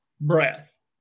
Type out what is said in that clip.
breath